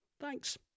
Thanks